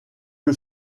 que